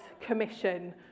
Commission